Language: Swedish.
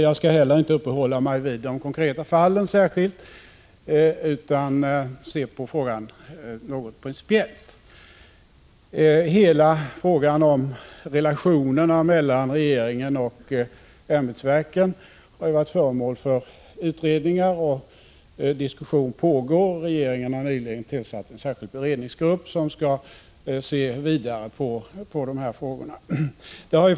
Jag skall inte heller uppehålla mig vid de konkreta fallen utan se på frågan principiellt. Hela frågan om relationerna mellan regeringen och ämbetsverken har ju varit föremål för utredningar, och diskussion pågår. Regeringen har nyligen tillsatt en beredningsgrupp som skall studera frågan.